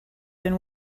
been